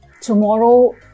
tomorrow